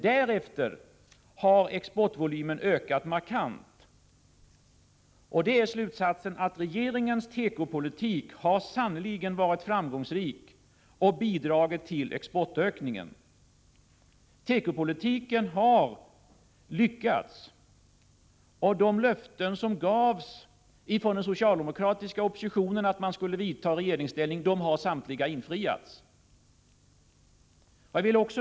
Därefter har emellertid exportvolymen ökat markant. Slutsatsen blir den att regeringens tekopolitik sannerligen har varit framgångsrik och bidragit till exportökningen. Tekopolitiken har lyckats, och samtliga de åtgärder som den socialdemokratiska oppositionen sade att socialdemokraterna skulle vidta i regeringsställning har vidtagits.